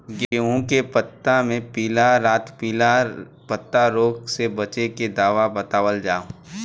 गेहूँ के पता मे पिला रातपिला पतारोग से बचें के दवा बतावल जाव?